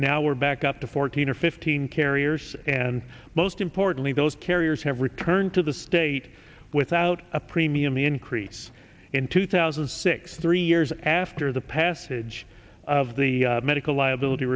now we're back up to fourteen or fifteen carriers and most importantly those carriers have returned to the state without a premium increase in two thousand and six three years after the passage of the medical liability